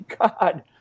God